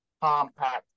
compact